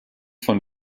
von